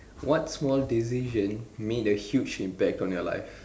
what small decision made a huge impact on your life